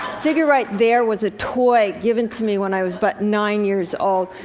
figure right there was a toy given to me when i was but nine years old,